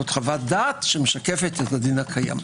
זו חוות דעת שמשקפת את הדין הקיים.